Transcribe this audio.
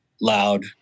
loud